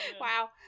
wow